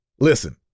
Listen